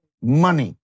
money